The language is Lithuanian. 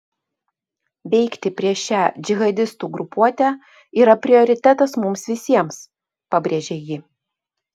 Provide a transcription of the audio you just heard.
veikti prieš šią džihadistų grupuotę yra prioritetas mums visiems pabrėžė ji